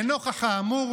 לנוכח האמור,